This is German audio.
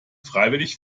freiwillig